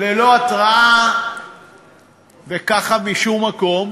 ללא התרעה וככה משום מקום,